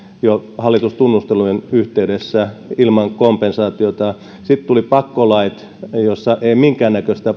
jo hallitustunnustelujen yhteydessä ilman kompensaatiota sitten tulivat pakkolait joissa ei ollut minkäännäköistä